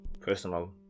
personal